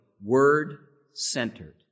word-centered